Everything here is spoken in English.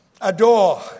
adore